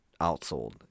outsold